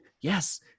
Yes